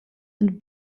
and